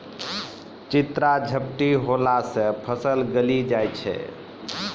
चित्रा झपटी होला से फसल गली जाय छै?